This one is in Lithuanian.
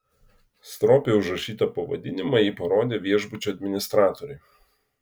stropiai užrašytą pavadinimą ji parodė viešbučio administratoriui